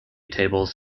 tables